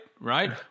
right